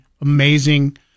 amazing